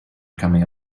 coming